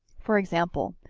for example,